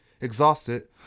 Exhausted